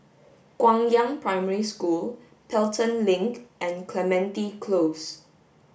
Guangyang Primary School Pelton Link and Clementi Close